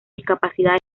discapacidades